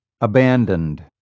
Abandoned